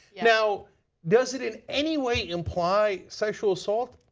you know does it in any way imply sexual assault?